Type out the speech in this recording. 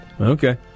Okay